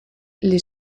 les